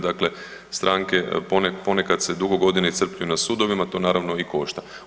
Dakle, stranke ponekad se dugo godina iscrpljuju na sudovima, to naravno i košta.